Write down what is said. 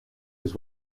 les